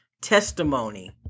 testimony